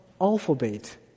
alphabet